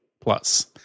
Plus